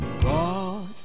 God